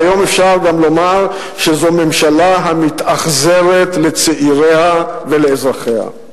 והיום אפשר גם לומר שזו ממשלה המתאכזרת לצעיריה ולאזרחיה.